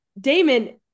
Damon